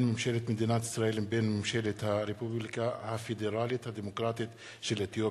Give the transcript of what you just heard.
ממשלת מדינת ישראל לבין ממשלת הרפובליקה הפדרלית הדמוקרטית של אתיופיה.